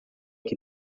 que